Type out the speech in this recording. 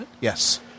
Yes